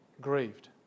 grieved